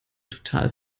total